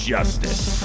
Justice